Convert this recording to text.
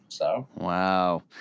Wow